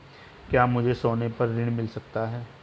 क्या मुझे सोने पर ऋण मिल सकता है?